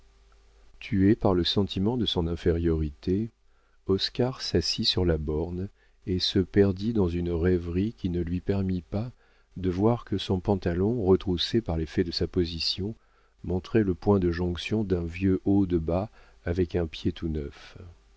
tué par le sentiment de son infériorité oscar s'assit sur la borne et se perdit dans une rêverie qui ne lui permit pas de voir que son pantalon retroussé par l'effet de sa position montrait le point de jonction d'un vieux haut de bas avec un pied tout neuf